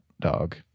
dog